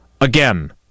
again